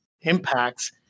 impacts